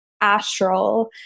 astral